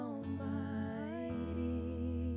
Almighty